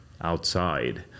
outside